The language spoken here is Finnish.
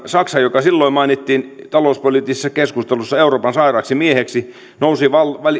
saksa joka silloin mainittiin talouspoliittisessa keskustelussa euroopan sairaaksi mieheksi nousi